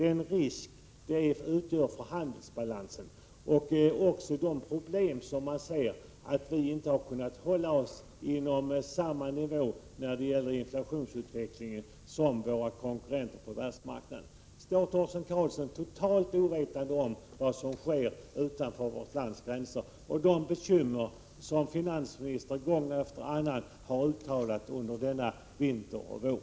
En sådan utgör en risk för handelsbalansen och skapar problem genom att vi inte kan hålla oss på samma nivå när det gäller inflationsutvecklingen som våra konkurrenter på världsmarknaden. Är Torsten Karlsson totalt ovetande om vad som sker utanför vårt lands 49 gränser och om de bekymmer som finansministern gång efter annan har uttalat under denna vinter och vår?